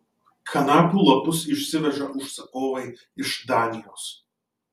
kanapių lapus išsiveža užsakovai iš danijos